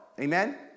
Amen